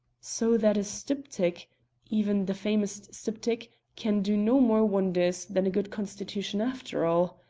so that a styptic even the famous styptic can do no more wonders than a good constitution after all.